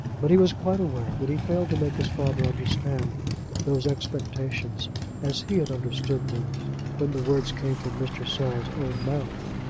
but he was quite aware that he failed to make his father understand those expectations as he had understood them when the words came from mr. saul's own mouth.